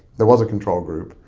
there was a control group,